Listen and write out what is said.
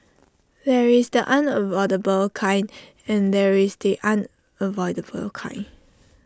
there is the unavoidable kind and there is the unavoidable kind